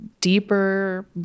deeper